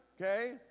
Okay